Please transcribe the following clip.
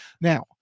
now